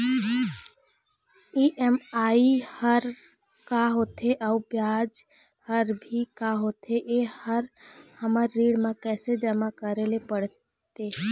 EMI हर का होथे अऊ ब्याज हर भी का होथे ये हर हमर ऋण मा कैसे जमा करे ले पड़ते?